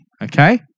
Okay